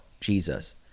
jesus